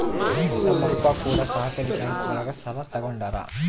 ನಮ್ ಅಪ್ಪ ಕೂಡ ಸಹಕಾರಿ ಬ್ಯಾಂಕ್ ಒಳಗ ಸಾಲ ತಗೊಂಡಾರ